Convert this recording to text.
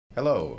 Hello